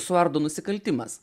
suardo nusikaltimas